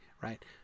right